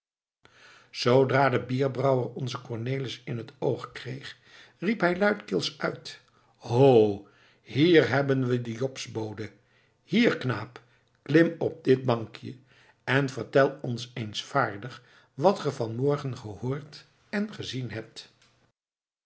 zoodra de bierbrouwer onzen cornelis in het oog kreeg riep hij luidkeels uit ho hier hebben we den jobsbode hier knaap klim op dit bankje en vertel ons eens vaardig wat ge vanmorgen gehoord en gezien hebt